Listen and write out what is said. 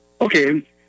Okay